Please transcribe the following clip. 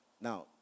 Now